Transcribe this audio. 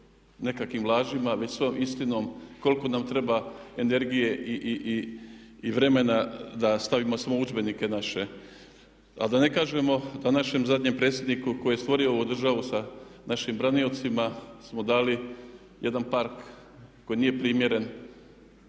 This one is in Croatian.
nekakvim lažima već svom istinom, koliko nam treba energije i vremena da stavimo samo u udžbenike naše. A da ne kažemo da našem zadnjem predsjedniku koji je stvorio ovu državu sa našim braniocima smo dali jedan park koji nije primjeren